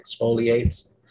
exfoliates